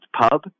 Pub